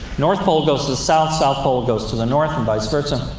north pole goes to the south, south pole goes to the north, and vice versa.